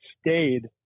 stayed